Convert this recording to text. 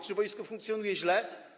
Czy wojsko funkcjonuje źle?